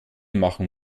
machen